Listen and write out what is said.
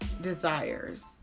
desires